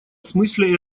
смысле